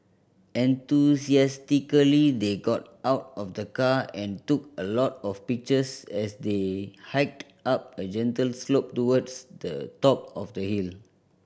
enthusiastically they got out of the car and took a lot of pictures as they hiked up a gentle slope towards the top of the hill